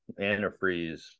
antifreeze